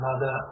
mother